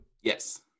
Yes